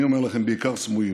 ואני אומר לכם, בעיקר סמויים.